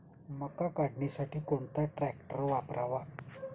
मका काढणीसाठी कोणता ट्रॅक्टर वापरावा?